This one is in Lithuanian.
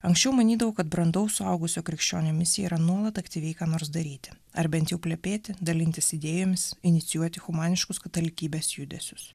anksčiau manydavau kad brandaus suaugusio krikščionio misija yra nuolat aktyviai ką nors daryti ar bent jau plepėti dalintis idėjomis inicijuoti humaniškus katalikybės judesius